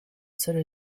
solo